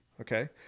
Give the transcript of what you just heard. okay